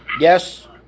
Yes